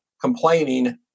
complaining